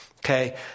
Okay